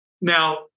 now